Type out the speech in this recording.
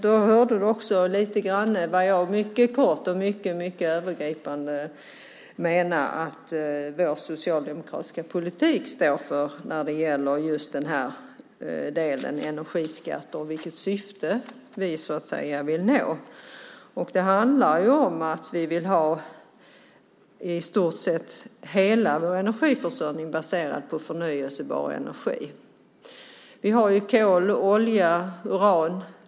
Då hörde du också lite grann om vad jag mycket kort och mycket övergripande menar att vår socialdemokratiska politik står för när det gäller just energiskatterna och vilket syfte vi vill nå. Det handlar om att vi vill ha i stort sett hela vår energiförsörjning baserad på förnybar energi. Vi har kol, olja och uran.